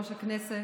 יושב-ראש הכנסת.